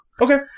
Okay